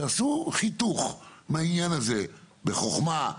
תעשו חיתוך בעניין הזה בחוכמה,